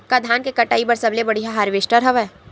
का धान के कटाई बर सबले बढ़िया हारवेस्टर हवय?